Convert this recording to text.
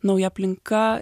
nauja aplinka